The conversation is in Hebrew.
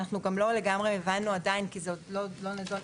כשאנחנו עדיין לא לגמרי הבנו כי זה עוד לא נדון,